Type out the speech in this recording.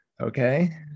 Okay